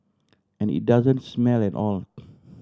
and it doesn't smell at all